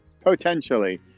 potentially